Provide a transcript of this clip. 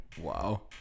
Wow